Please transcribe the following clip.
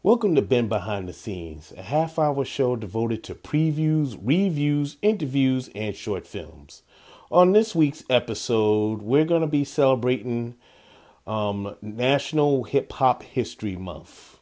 welcome to ben behind the scenes half hour show devoted to previews we've use interviews and short films on this week's episode we're going to be celebrating arm national hip hop history month